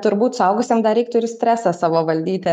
turbūt suaugusiem dar reiktų ir stresą savo valdyti